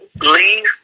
Leave